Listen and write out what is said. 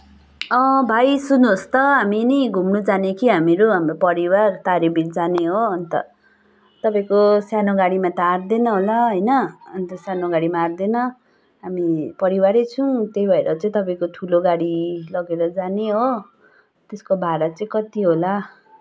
भाइ सुन्नुहोस् त हामी नि घुम्न जाने कि हामीहरू हाम्रो परिवार तारेभिर जाने हो अन्त तपाईँको सानो गाडीमा त आट्दैन होला होइन अन्त सानो गाडीमा आट्दैन हामी परिवार नै छौँ त्यही भएर तपाईँको ठुलो गाडी लिएर जाने हो त्यसको भाडा चाहिँ कति होला